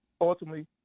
ultimately